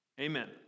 Amen